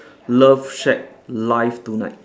love shack live tonight